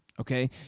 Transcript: okay